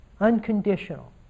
Unconditional